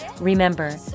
remember